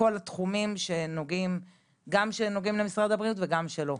כל התחומים שנוגעים גם למשרד הבריאות, וגם לא.